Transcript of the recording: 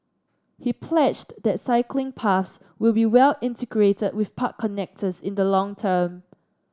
he pledged that cycling paths will be well integrated with park connectors in the long term